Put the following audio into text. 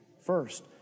first